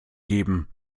geben